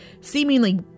seemingly